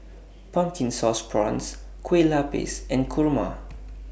Pumpkin Sauce Prawns Kueh Lapis and Kurma